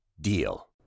DEAL